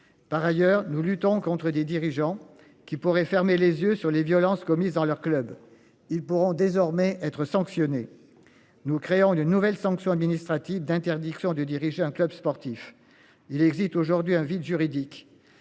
Par ailleurs, nous luttons contre des dirigeants qui pourrait fermer les yeux sur les violences commises dans leur club, ils pourront désormais être sanctionné. Nous créons une nouvelle sanction administrative d'interdiction de diriger un club sportif. Il existe aujourd'hui un vide juridique.